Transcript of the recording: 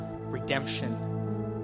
redemption